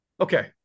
Okay